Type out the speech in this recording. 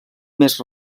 més